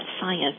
science